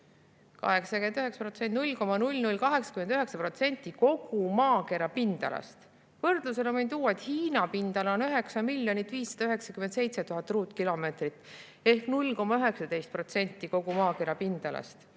0,0089% kogu maakera pindalast! Võrdluseks võin tuua, et Hiina pindala on 9 597 000 ruutkilomeetrit ehk 0,19% kogu maakera pindalast.